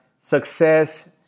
success